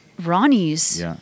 Ronnie's